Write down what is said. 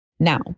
Now